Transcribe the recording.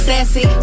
Sassy